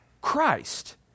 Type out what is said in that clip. Christ